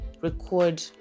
record